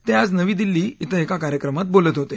ते आज नवी दिल्ली क्रिं एका कार्यक्रमात बोलत होते